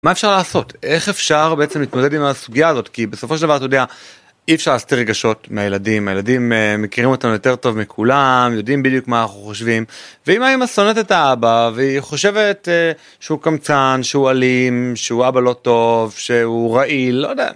מה אפשר לעשות איך אפשר בעצם להתמודד עם הסוגיה הזאת כי בסופו של דבר אתה יודע אי אפשר להסתיר רגשות מהילדים הילדים מכירים אותנו יותר טוב מכולם יודעים בדיוק מה אנחנו חושבים. ואם האמא שונאת את האבא והיא חושבת שהוא קמצן שהוא אלים שהוא אבא לא טוב שהוא רעיל.